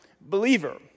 believer